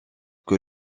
que